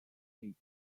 eight